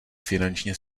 finančně